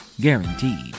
Guaranteed